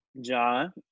John